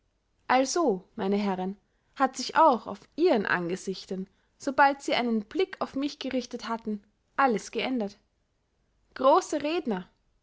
also meine herren hat sich auch auf ihren angesichtern sobald sie einen blick auf mich gerichtet hatten alles geändert große redner